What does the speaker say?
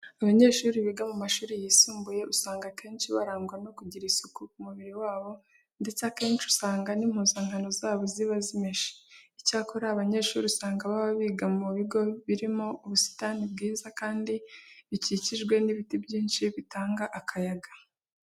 Abanyeshuri biga mu mashuri yisumbuye usanga akenshi barangwa no kugira isuku ku mubiri wabo, ndetse akenshi usanga n'impuzankano zabo ziba zimeshe. Icyakora aba banyeshuri usanga baba biga mu bigo birimo ubusitani bwiza kandi bikikijwe n'ibiti byinshi bitanga akayaga.